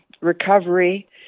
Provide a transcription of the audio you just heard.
recovery